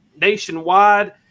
nationwide